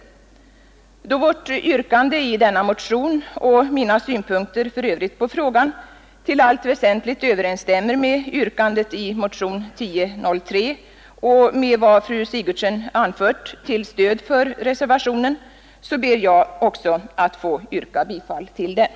Eftersom vårt yrkande i denna motion och mina synpunkter för övrigt på frågan till allt väsentligt överensstämmer med yrkandet i motionen 1003 och med vad fru Sigurdsen anfört till stöd för reservationen 7, så ber jag också att få yrka bifall till denna.